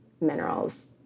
minerals